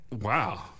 wow